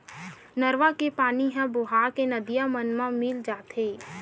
नरूवा के पानी ह बोहा के नदिया मन म मिल जाथे